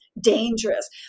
dangerous